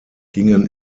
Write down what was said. gingen